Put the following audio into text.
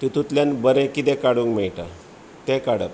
तितुल्यान बरे कितें काडूंक मेळटा ते काडप